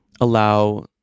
allow